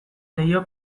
leiho